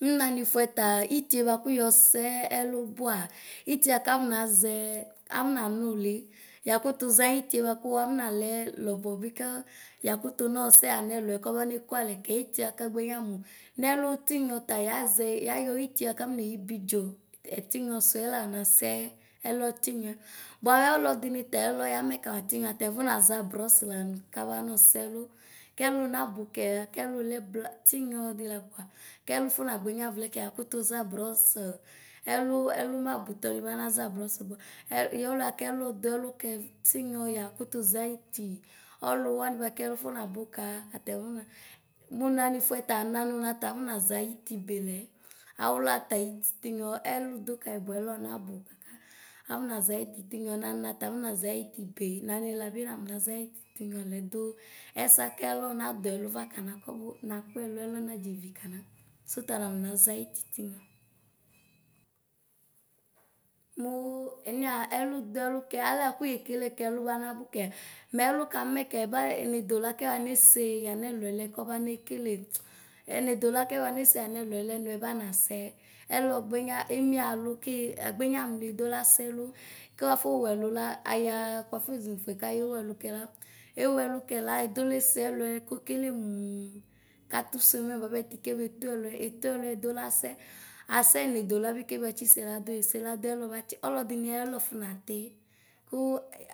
Nu maniƒuɛ fa itie baku yɔɔsɛ ɛlu puaa, itieakavɔnaʒɛ amnanuli ŋa kutu ʒa itie baku amnalɛ lɔbɔ bi kaa, yakutu nɔɔsɛ yanɛluɛ kɔbané kualɛ kɛ itie akagbeyamu. Ŋɛlu tinyɔ ta yaʒɛ yayo itie ba kavɔ neyi bidzo ɛtinyɔ suɛ la nasɛ ɛlɔtinyɔ. Bamɛ ɔlɔdini ta ɛlɔ yamɛka tinyɔ ɔta akɔnaʒa brɔs la kaba nɔ sɛlu, kɛlu nabukɛ la kɛlu lɛ bla tinyɔ ɔ di la koa, kɛlu fɔnagbenya vlɛkɛ ya ktuʒa brɔssɔ. Ɛlu ɛlu mabutɔni nanaʒa brɔs baɛ yɛ ɔlʋɛ kɛ lɔ duɛlu kɛ tinyɔ yakutu ʒayiti ɔluwa ba kɛlu fɔnabu ka atamma. Mu nanifuɛ ta nanuna tafɔ naʒa itibe lɔ, awulata iti tinyɔ elu du kayi buɛlɔ nabu kaka. Ɔfɔ naʒa iti tinyɔ nanna tafɔ naʒa itibe nanilavj navɔʒa iyi tinyɔ lɛ du ɛsɛ kɛlɔ nadɛluva kana kɔbu nakpɛkɔ alɔ naɖʒeyi kana suta la navɔnaʒa iti tinyɔ. Muu enia elu duɛlukɛ alɛbaku yekele kɛlu bana bu kɛ, mɛlukamɛ kɛ baŋ enedàla kɛba nese yanɛluɛ lɛ kabane kele eneɖola kɛbanese yanɛluɛlɛ nuɛbana sɛ. Ɛlɔgbenya emie alu ke egbenya mli eɖala sɛlu. Kuaƒo wuɛlua ayaa buafoʒufui kaye wuɛlu la, ewuɛlulɛ la edo lese ɛluɛ kokele muuu kati semɛ bapɛ kekebe tuɛluɛ etuɛluɛ edula sɛ, asɛ enodolabi kɛbatsi seladu eseladu ɛluɛ batsi ɔlɔdini aɛfɔnati ku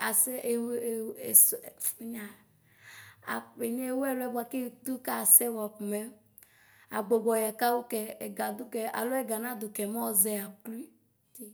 asɛeeωeewe ese enia, a enia eωuɛluɛ ba ketu kasɛ bua komɛ agbɔgbɔ ɣa kaɔ kɛ a ɛga dukɛ alo ɛganadukɛ mɔʒɛ aklui ti.